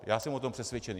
Já jsem o tom přesvědčený.